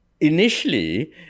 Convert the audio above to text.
initially